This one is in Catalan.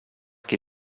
qui